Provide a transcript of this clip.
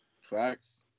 Facts